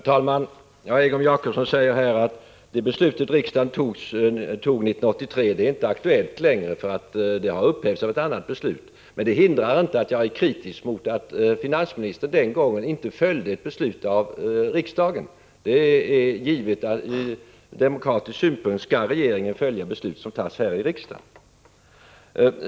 Herr talman! Egon Jacobsson säger att det beslut riksdagen fattade 1983 inte är aktuellt längre, för det har upphävts av ett annat beslut. Men det hindrar inte att jag är kritisk mot att finansministern den gången inte följde ett beslut av riksdagen. Ur demokratisk synpunkt skall givetvis regeringen följa beslut som fattas här i riksdagen.